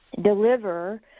deliver